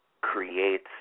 creates